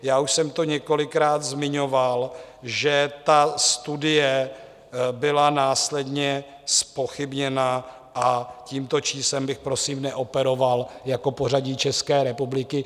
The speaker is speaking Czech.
Já už jsem to několikrát zmiňoval, že ta studie byla následně zpochybněna a tímto číslem bych prosím neoperoval jako pořadí České republiky.